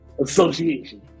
Association